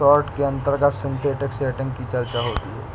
short के अंतर्गत synthetic setting की चर्चा होती है